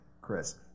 Chris